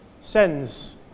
sends